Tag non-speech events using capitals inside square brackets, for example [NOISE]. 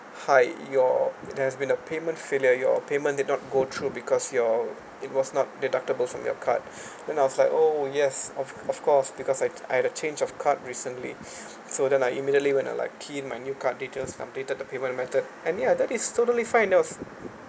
hi your it has been a payment failure your payment did not go through because your it was not deductible from your card [BREATH] then I was like oh yes of of course because I I had a change of card recently so then I immediately went to like key in my new card details updated the payment method I mean I that is totally fine that was